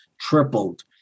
tripled